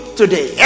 today